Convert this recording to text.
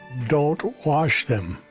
don't wash them.